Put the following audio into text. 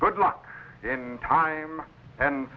good luck in time and